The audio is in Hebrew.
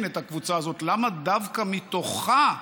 אבל נשיות היא גם סמל לתקווה,